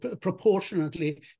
proportionately